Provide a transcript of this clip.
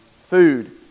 food